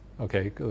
Okay